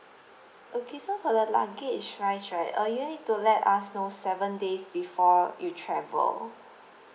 okay so for the luggage wise right uh you need to let us know seven days before you travel